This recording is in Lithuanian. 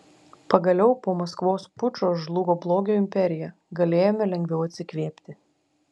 pagaliau po maskvos pučo žlugo blogio imperija galėjome lengviau atsikvėpti